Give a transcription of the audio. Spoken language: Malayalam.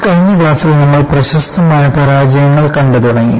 കഴിഞ്ഞ ക്ലാസ്സിൽ നമ്മൾ പ്രശസ്തമായ പരാജയങ്ങൾ കണ്ടുതുടങ്ങി